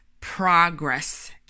progress